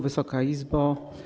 Wysoka Izbo!